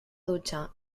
ducha